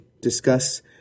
discuss